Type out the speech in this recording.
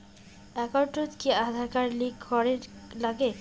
একাউন্টত কি Aadhaar card link করের নাগে?